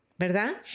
verdad